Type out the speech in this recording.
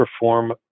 perform